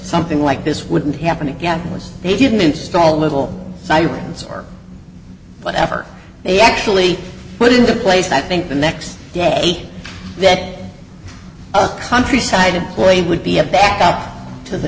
something like this wouldn't happen again he didn't install little sirens or whatever they actually put in the place that think the next day that countryside boy would be a back out to the